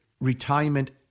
retirement